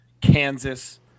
Kansas